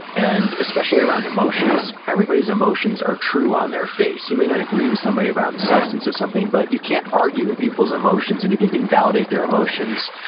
and especially around emotions, everybody's emotions are true on their face. you may not agree with somebody about the and substance of something, but you can't argue with people's emotions and if you can validate their emotions,